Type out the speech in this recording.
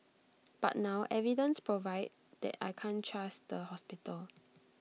but now evidence provide that I can't trust the hospital